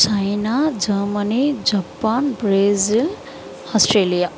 China Germany Japan Brazil Australia